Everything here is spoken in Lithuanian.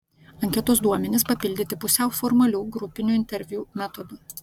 anketos duomenys papildyti pusiau formalių grupinių interviu metodu